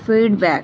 feed back